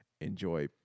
enjoy